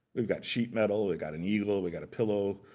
we've got sheet metal. we've got an eagle. we've got a pillow.